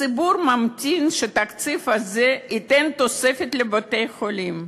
הציבור ממתין שהתקציב הזה ייתן תוספת לבתי-חולים.